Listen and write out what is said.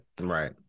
Right